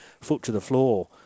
foot-to-the-floor